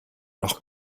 noch